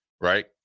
right